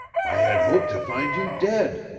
i had hoped to find you dead,